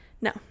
No